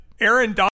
Aaron